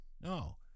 No